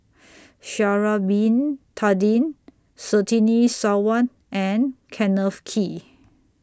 Sha'Ari Bin Tadin Surtini Sarwan and Kenneth Kee